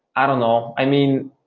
i don't know. i mean,